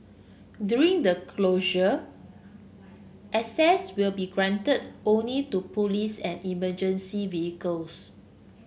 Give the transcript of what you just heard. during the closure access will be granted only to police and emergency vehicles